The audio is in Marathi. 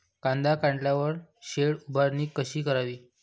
कांदा काढल्यावर शेड उभारणी कशी करावी?